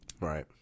Right